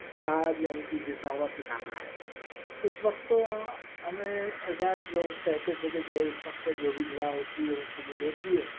star یعنی کہ گرتا ہُوا ستارہ ہے اُس وقت تو ہمیں ایسا لوگ کہتے تھے کہ جو ہے اِس وقت جو بھی دُعا ہوتی ہے وہ قبول ہوتی ہے